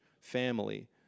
family